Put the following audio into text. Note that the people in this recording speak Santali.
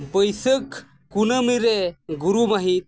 ᱵᱟᱹᱭᱥᱟᱹᱠᱷ ᱠᱩᱱᱟᱹᱢᱤ ᱨᱮ ᱜᱩᱨᱩ ᱢᱟᱹᱦᱤᱛ